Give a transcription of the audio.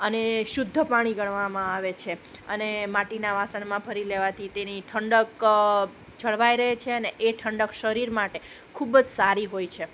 અને શુદ્ધ પાણી ગણવામાં આવે છે અને માટીના વાસણમાં ભરી લેવાથી તેની ઠંડક જળવાઈ રહે છે અને એ ઠંડક શરીર માટે ખૂબ જ સારી હોય છે